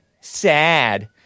Sad